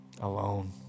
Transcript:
alone